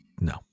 No